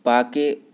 पाके